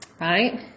Right